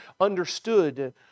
understood